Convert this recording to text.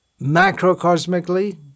macrocosmically